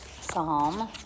Psalm